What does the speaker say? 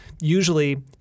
usually